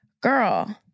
girl